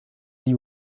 die